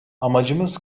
amacımız